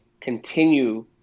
continue